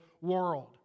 world